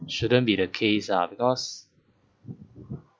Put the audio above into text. shouldn't be the case ah because